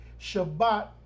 shabbat